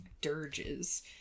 dirges